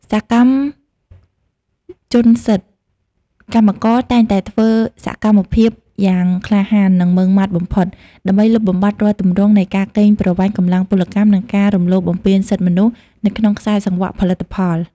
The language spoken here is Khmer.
សកម្មជនសិទ្ធិកម្មករតែងតែធ្វើសកម្មភាពយ៉ាងក្លាហាន និងម៉ឺងម៉ាត់បំផុត ដើម្បីលុបបំបាត់រាល់ទម្រង់នៃការកេងប្រវ័ញ្ចកម្លាំងពលកម្ម និងការរំលោភបំពានសិទ្ធិមនុស្សនៅក្នុងខ្សែសង្វាក់ផលិតកម្ម។